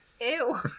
Ew